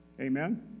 Amen